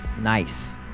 Nice